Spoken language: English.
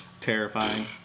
terrifying